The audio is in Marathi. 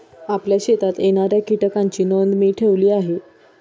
आपल्या शेतात येणाऱ्या कीटकांची नोंद मी ठेवली आहे